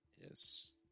Yes